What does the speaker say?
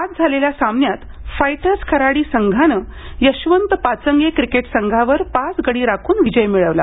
आज झालेल्या सामन्यात फायटर्स खराडी संघानं यशवंत पाचंगे क्रिकेट संघावर पाच गडी राखून विजय मिळवला